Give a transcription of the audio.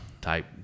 type